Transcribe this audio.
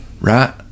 Right